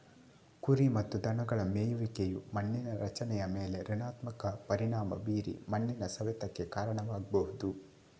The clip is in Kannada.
ಕುರಿ ಮತ್ತು ದನಗಳ ಮೇಯುವಿಕೆಯು ಮಣ್ಣಿನ ರಚನೆಯ ಮೇಲೆ ಋಣಾತ್ಮಕ ಪರಿಣಾಮ ಬೀರಿ ಮಣ್ಣಿನ ಸವೆತಕ್ಕೆ ಕಾರಣವಾಗ್ಬಹುದು